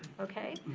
okay?